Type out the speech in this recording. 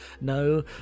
no